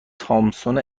تامسون